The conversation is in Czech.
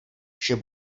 vše